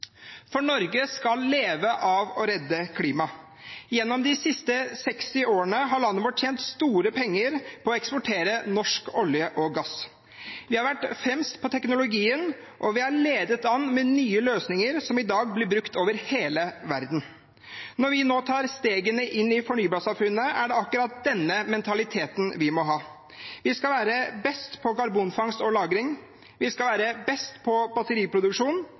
for Norge skal leve av å redde klimaet. Gjennom de siste 60 årene har landet vårt tjent store penger på å eksportere norsk olje og gass. Vi har vært fremst på teknologien, og vi har ledet an med nye løsninger som i dag blir brukt over hele verden. Når vi nå tar stegene inn i fornybarsamfunnet, er det akkurat denne mentaliteten vi må ha. Vi skal være best på karbonfangst og -lagring, vi skal være best på